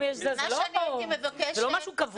זה לא משהו קבוע.